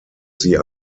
sie